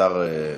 השר פה?